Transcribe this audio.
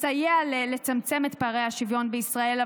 יסייע לצמצם את פערי השוויון בישראל.